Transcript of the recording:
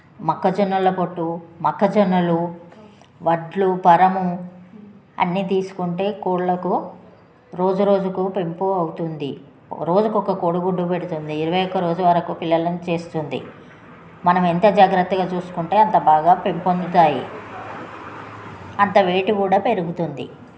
మొక్కజొన్నల పొట్టు మొక్కజొన్నలు వడ్లు పరము అన్నీ తీసుకుంటే కోడ్లకు రోజురోజుకు పెంపు అవుతుంది రోజుకొక్క కోడిగుడ్డు పెడుతుంది ఇరవై ఒక్క రోజు వరకు పిల్లలను చేస్తుంది మనం ఎంత జాగ్రత్తగా చూసుకుంటే అంత బాగా పెంపొందుతాయి అంత వెయిట్ కూడా పెరుగుతుంది